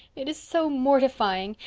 it is so mortifying.